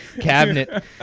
cabinet